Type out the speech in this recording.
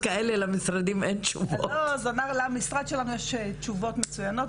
למשרד שלנו יש תשובות מצויינות,